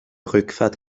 rückfahrt